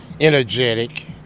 energetic